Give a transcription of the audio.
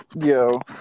Yo